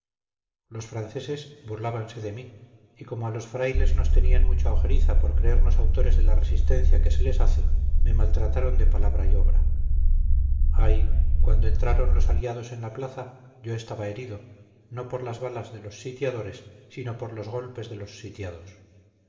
los franceses burlábanse de mí y como a los frailes nos tenían mucha ojeriza por creernos autores de la resistencia que se les hace me maltrataron de palabra y obra ay cuando entraron los aliados en la plaza yo estaba herido no por las balas de los sitiadores sino por los golpes de los sitiados